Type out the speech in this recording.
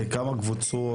כמה קבוצות?